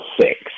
six